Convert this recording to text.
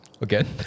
again